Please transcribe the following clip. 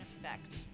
effect